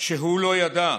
שהוא לא ידע?